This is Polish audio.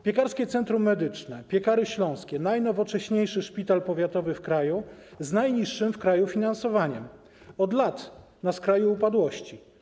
Piekarskie Centrum Medyczne w Piekarach Śląskich, najnowocześniejszy szpital powiatowy w kraju, z najniższym w kraju finansowaniem od lat jest na skraju upadłości.